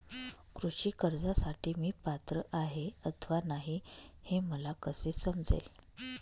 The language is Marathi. कृषी कर्जासाठी मी पात्र आहे अथवा नाही, हे मला कसे समजेल?